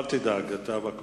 אל תדאג, אתה בקואליציה.